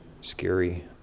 scary